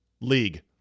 League